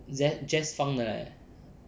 jazz jazz funk 的 eh